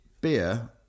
beer